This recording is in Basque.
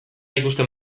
ikusten